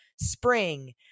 spring